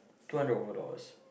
two hundred over dollars